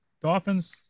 Dolphins